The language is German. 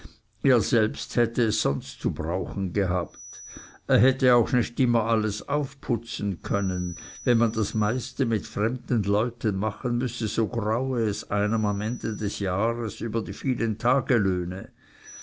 er selbst hätte es sonst zu brauchen gehabt er hätte auch nicht immer alles aufputzen können wenn man das meiste mit fremden leuten machen müsse so graue es einem am ende des jahres über die vielen taglöhne